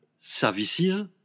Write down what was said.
services